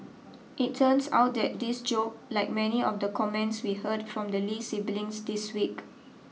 it turns out that this joke like many of the comments we heard from the Lee siblings this week